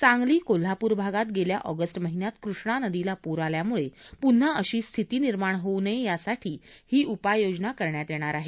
सांगली कोल्हापूर भागात गेल्या ऑगस्ट महिन्यात कृष्णा नदीला पूर आल्यामुळे पुन्हा अशी स्थिती निर्माण होऊ नये यासाठी ही उपाययोजना करण्यात येणार आहे